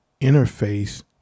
interface